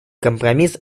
компромисс